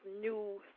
new